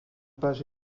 page